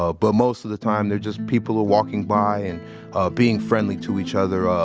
ah but most of the time, there's just people are walking by, and uh being friendly to each other.